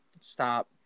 Stop